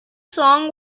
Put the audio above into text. song